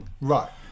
right